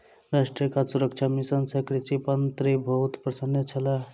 राष्ट्रीय खाद्य सुरक्षा मिशन सँ कृषि मंत्री बहुत प्रसन्न छलाह